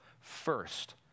first